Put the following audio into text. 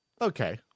Okay